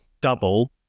double